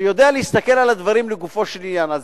ואתה יודע להסתכל על הדברים לגופו של עניין.